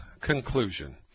conclusion